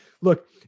Look